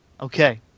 Okay